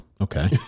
Okay